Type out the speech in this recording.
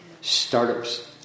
startups